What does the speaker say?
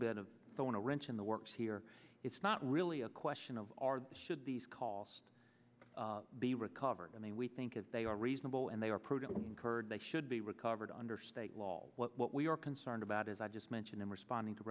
bit of the one a wrench in the works here it's not really a question of are should these cost be recovered i mean we think if they are reasonable and they are prudently incurred they should be recovered under state law what we are concerned about as i just mentioned in responding to